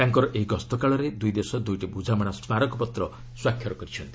ତାଙ୍କର ଏହି ଗସ୍ତ କାଳରେ ଦୁଇ ଦେଶ ଦୁଇଟି ବୁଝାମଣା ସ୍ମାରକପତ୍ର ସ୍ୱାକ୍ଷରିତ କରିଛନ୍ତି